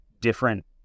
different